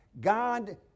God